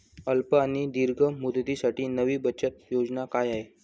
अल्प आणि दीर्घ मुदतीसाठी नवी बचत योजना काय आहे?